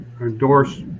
endorse